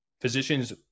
physicians